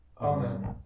Amen